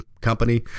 company